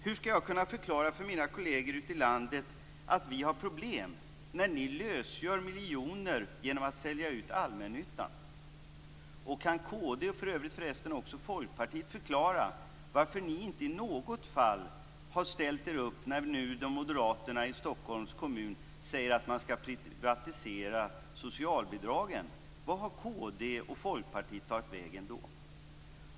Hur skall jag kunna förklara för mina kolleger ute i landet att vi har problem när ni lösgör miljoner genom att sälja ut allmännyttan? Och kan kd, och för övrigt också Folkpartiet, förklara varför ni inte i något fall har ställt er upp när nu moderaterna i Stockholms kommun säger att man skall privatisera socialbidragen? Vart har kd och Folkpartiet tagit vägen då?